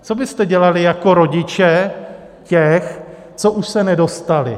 Co byste dělali jako rodiče těch, co už se nedostali?